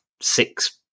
six